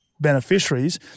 beneficiaries